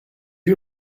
you